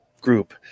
group